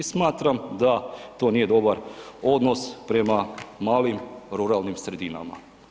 I smatram da to nije dobar odnos prema malim ruralnim sredinama.